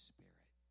Spirit